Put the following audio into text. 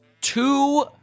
two